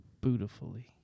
Beautifully